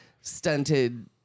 stunted